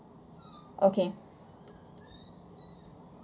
okay